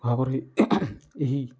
ଭାବରେ ଏହି